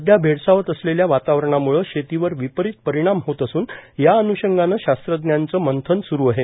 सध्या भेडसावत असलेल्या वातावरणामूळे शेतीवर विपरीत परिणाम होत असून या अन्षंगाने शास्त्रज्ञांचे मंथन स्रू आहे